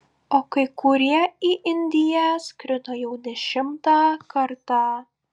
o kai kurie į indiją skrido jau dešimtą kartą